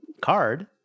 card